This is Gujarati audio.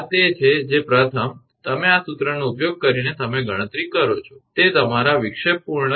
આ તે છે જે પ્રથમ તમે આ સૂત્રનો ઉપયોગ કરીને તમે ગણતરી કરો છો તે તમારા વિક્ષેપપૂર્ણ ક્રિટીકલ વોલ્ટેજ 𝑉0 છે